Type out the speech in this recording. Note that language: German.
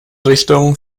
richtungen